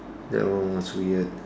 that one was weird